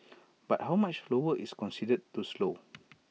but how much lower is considered too slow